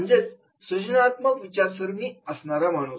म्हणजेच सृजनात्मक विचारसरणी असणारा माणूस